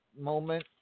moment